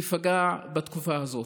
ייפגע בתקופה הזאת.